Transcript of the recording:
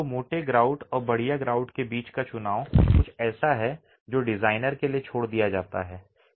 तो मोटे ग्राउट और बढ़िया ग्राउट के बीच का चुनाव कुछ ऐसा है जो डिजाइनर के लिए छोड़ दिया जाता है